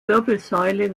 wirbelsäule